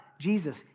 Jesus